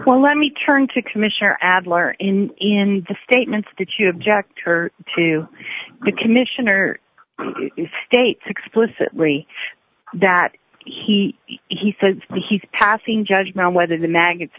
well let me turn to commissioner adler in in the statements that you object her to the commissioner states explicitly that he he says he's passing judgment on whether the maggots